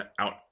out